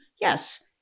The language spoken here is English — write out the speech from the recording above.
yes